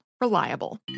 Reliable